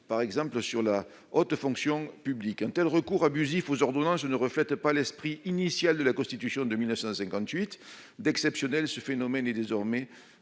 par exemple sur la haute fonction publique untel recours abusif aux ordonnances je ne reflète pas l'esprit initial de la Constitution de 1958 d'exceptionnel, ce phénomène est désormais